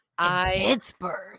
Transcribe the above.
Pittsburgh